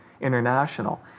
International